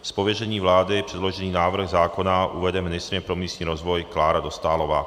Z pověření vlády předložený návrh zákona uvede ministryně pro místní rozvoj Klára Dostálová.